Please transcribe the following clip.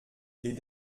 les